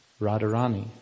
Radharani